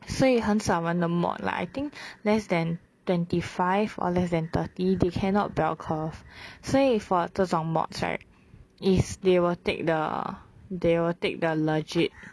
所以很少人的 mod like I think less than twenty five or less than thirty they cannot bell curve 所以 for 这种 mods right is they will take the they will take the legit